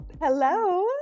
Hello